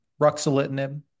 ruxolitinib